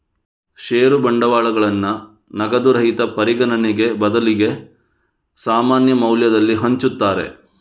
ಷೇರು ಬಂಡವಾಳಗಳನ್ನ ನಗದು ರಹಿತ ಪರಿಗಣನೆಗೆ ಬದಲಿಗೆ ಸಾಮಾನ್ಯ ಮೌಲ್ಯದಲ್ಲಿ ಹಂಚುತ್ತಾರೆ